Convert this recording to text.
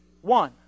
one